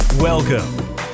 Welcome